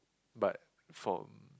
but from